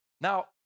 Now